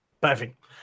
Perfect